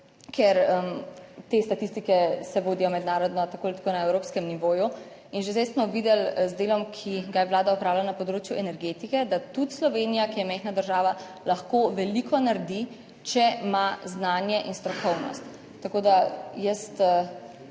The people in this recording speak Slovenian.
ker te statistike se vodijo mednarodno, tako ali tako na evropskem nivoju in že zdaj smo videli z delom, ki ga je Vlada opravila na področju energetike, da tudi Slovenija, ki je majhna država, lahko veliko naredi, če ima znanje in strokovnost. Tako da, jaz